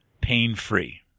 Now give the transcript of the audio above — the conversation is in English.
pain-free